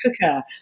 cooker